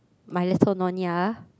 my Little Nyonya